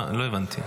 לא הבנתי.